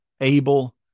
Abel